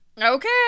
Okay